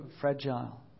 fragile